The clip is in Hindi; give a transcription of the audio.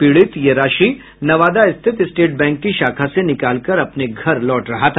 पीड़ित यह राशि नवादा रिथित स्टेट बैंक की शाखा से निकालकर अपने घर लौट रहा था